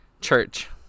church